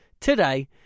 today